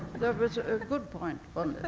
that was a good point,